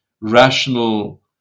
rational